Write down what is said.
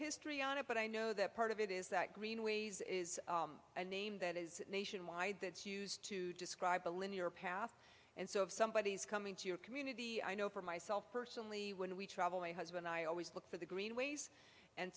history on it but i know that part of it is that greenways is a name that is nationwide that's used to describe a linear path and so if somebody is coming to your community i know for myself personally when we travel my husband i always look for the green ways and